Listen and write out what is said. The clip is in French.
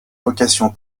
vocation